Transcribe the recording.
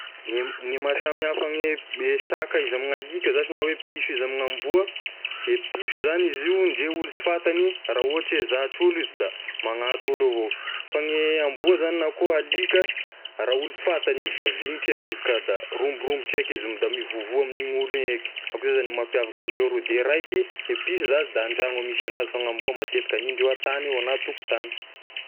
Gne m- gne maha samy hafa ny saka izy amin'ny alika zashy na hoe piso izy ame gn'amboa, e piso zagny izy io ndre olo sy fantagny raha ohatry hoe zatra olo izy da magnanto olo avao, fa gn'amboa zagny na koa alika raha olo sy fantagny izy da vignitra eky ka, da romborombotra eky izy, da mivovoa amin'ny olo igny eky, akoa zegny mampiavaky indreo roy, de raiky e piso zashy da an-dragno a misy agnazy fa ny amboa matetiky any indreo an-tagny eo, na an-tokotagny.